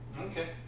Okay